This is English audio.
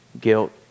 guilt